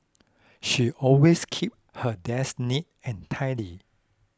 she always keeps her desk neat and tidy